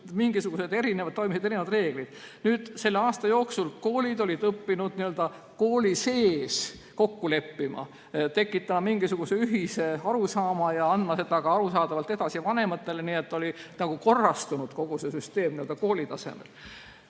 mingisugused erinevad reeglid, siis selle aasta jooksul olid koolid õppinud kooli sees kokku leppima, tekitati mingisugune ühine arusaam ja anti seda arusaadavalt edasi ka vanematele. Nii et oli nagu korrastunud kogu see süsteem kooli tasemel.